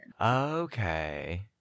Okay